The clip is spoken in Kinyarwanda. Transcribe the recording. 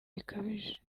bikabije